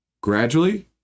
gradually